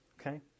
okay